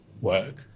work